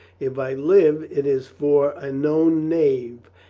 if i live it is for a known knave,